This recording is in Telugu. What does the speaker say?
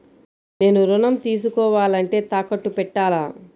నేను ఋణం తీసుకోవాలంటే తాకట్టు పెట్టాలా?